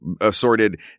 assorted